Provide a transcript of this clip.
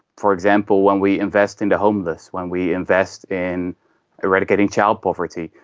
for example when we invest in the homeless, when we invest in eradicating child poverty,